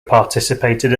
participated